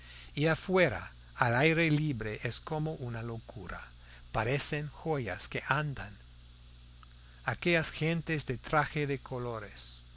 y afuera al aire libre es como una locura parecen joyas que andan aquellas gentes de traje de colores